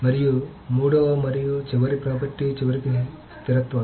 మరియు మూడవ మరియు చివరి ప్రాపర్టీ చివరికి స్థిరత్వం